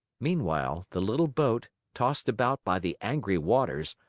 meanwhile, the little boat, tossed about by the angry waters,